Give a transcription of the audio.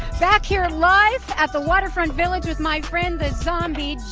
back here live at the waterfront village with my friend the zombie,